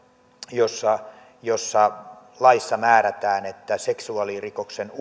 jossa jossa määrätään että seksuaalirikoksen